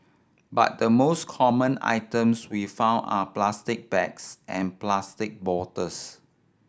but the most common items we find are plastic bags and plastic bottles